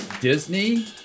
Disney